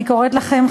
אני קוראת לכם,